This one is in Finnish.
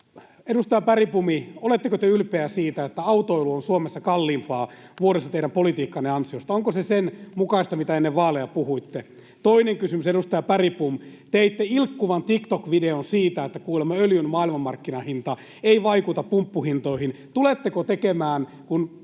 Edustaja Bergbom, oletteko te ylpeä siitä, että autoilu on Suomessa kalliimpaa vuodessa teidän politiikkanne ansiosta? Onko se sen mukaista, mitä ennen vaaleja puhuitte? Toinen kysymys, edustaja Bergbom. Teitte ilkkuvan TikTok-videon siitä, että kuulemma öljyn maailmanmarkkinahinta ei vaikuta pumppuhintoihin. Tuletteko tekemään — kun